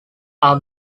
are